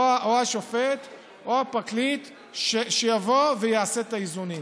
השופט או הפרקליט שיבוא ויעשה את האיזונים,